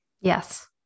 Yes